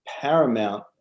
paramount